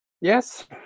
Yes